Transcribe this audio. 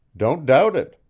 don't doubt it,